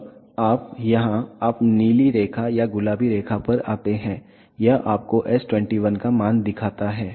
अब आप यहाँ आप नीली रेखा या गुलाबी रेखा पर आते हैं यह आपको S21 का मान दिखाता है